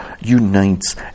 unites